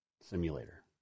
simulator